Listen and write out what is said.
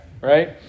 right